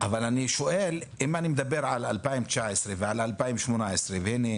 אבל אם אני מדבר על 2019 ועל 2018 והנה,